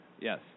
Yes